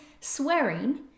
swearing